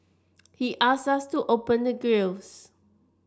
he asked us to open the grilles